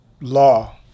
law